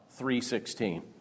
3.16